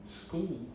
school